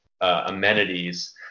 amenities